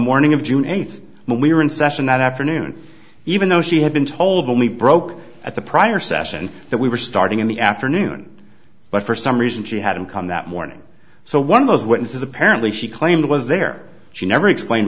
morning of june eighth when we were in session that afternoon even though she had been told only broke at the prior session that we were starting in the afternoon but for some reason she hadn't come that morning so one of those witnesses apparently she claimed was there she never explained